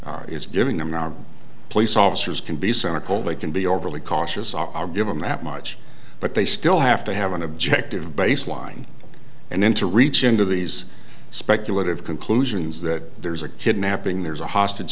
dispatcher is giving them our police officers can be cynical they can be overly cautious are given that much but they still have to have an objective baseline and into reach into these speculative conclusions that there's a kidnapping there's a hostage